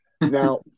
Now